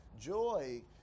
Joy